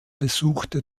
besuchte